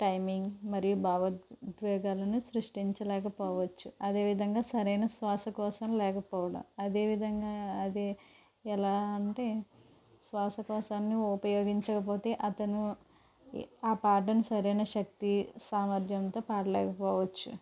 timing మరియు భావోద్వేగాలను సృష్టించలేక పోవచ్చు అదేవిధంగా సరైన శ్వాస కోశం లేకపోవడం అదేవిధంగా అది ఎలా అంటే శ్వాస కోశాన్ని ఉపయోగించకపోతే అతను ఆ పాటను సరైన శక్తి సామర్థ్యంతో పాడలేకపోవచ్చు